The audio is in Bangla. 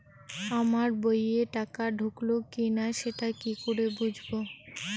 আমার বইয়ে টাকা ঢুকলো কি না সেটা কি করে বুঝবো?